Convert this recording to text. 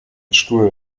stuhl